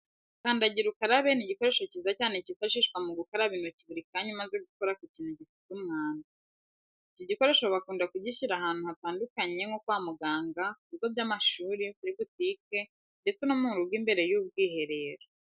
Kandagira ukarabe ni igikoresho cyiza cyane cyifashishwa mu gukaraba intoki buri kanya umaze gukora ku kintu gifite umwanda. Iki gikoresho bakunda kugishyira ahantu hantandukanye nko kwa muganga, ku bigo by'amashuri, kuri butike ndetse no mu rugo imbere y'ubwiherero.